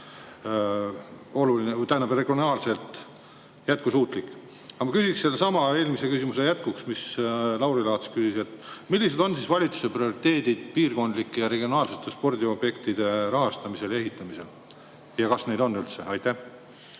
ole kindlasti regionaalselt jätkusuutlik. Aga ma küsin sellesama eelmise küsimuse jätkuks, mille Lauri Laats esitas: millised on valitsuse prioriteedid piirkondlike ja regionaalsete spordiobjektide rahastamisel ja ehitamisel? Kas neid üldse on? Aitäh,